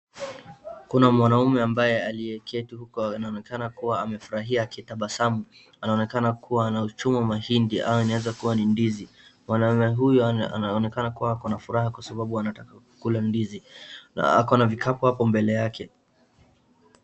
Kuna mwanaume ambaye aliyeketi uku anaonekana kuwa amefurahia akitabasamu, anaonekana kuwa anachoma mahindi ama inaeza kuwa ni ndizi. Mwanaume huyo anaonekana kuwa akona furaha kwa sababu anataka kukula ndizi na akona vikapu hapo mbele yake.